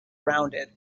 rounded